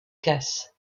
casse